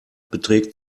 beträgt